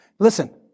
Listen